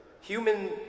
Human